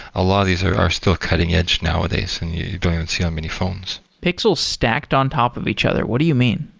a lot of these are are still cutting-edge nowadays and you don't even see on many phones pixels stacked on top of each other. what do you mean?